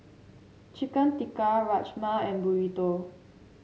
Chicken Tikka Rajma and Burrito